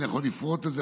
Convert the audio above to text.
ואני יכול לפרוט את זה,